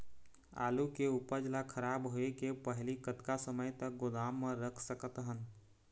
आलू के उपज ला खराब होय के पहली कतका समय तक गोदाम म रख सकत हन?